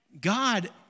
God